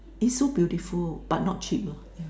it's so beautiful but not cheap lah yeah